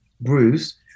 Bruce